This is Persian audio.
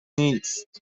نیست